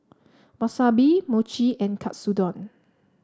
Wasabi Mochi and Katsudon